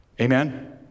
Amen